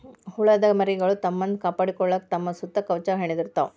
ಹುಳದ ಮರಿಗಳು ತಮ್ಮನ್ನ ಕಾಪಾಡಕೊಳಾಕ ತಮ್ಮ ಸುತ್ತ ಕವಚಾ ಹೆಣದಿರತಾವ